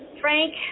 Frank